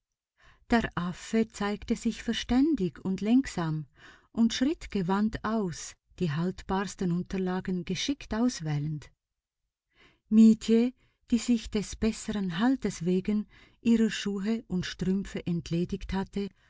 der affe zeigte sich verständig und lenksam und schritt gewandt aus die haltbarsten unterlagen geschickt auswählend mietje die sich des besseren haltes wegen ihrer schuhe und strümpfe entledigt hatte